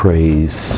Praise